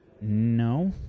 No